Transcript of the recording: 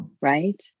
right